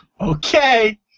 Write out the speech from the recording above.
Okay